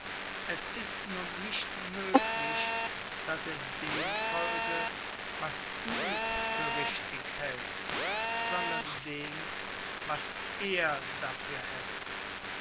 es ist nun nicht möglich daß er dem folge was du für richtig hältst sondern dem was er dafür hält